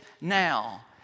now